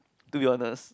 to be honest